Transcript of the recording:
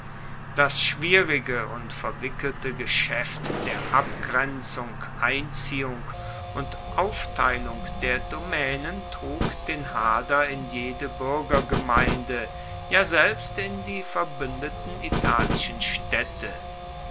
das schwierige und verwickelte geschäft der abgrenzung einziehung und aufteilung der domänen trug den hader in jede bürgergemeinde ja selbst in die verbündeten italischen städte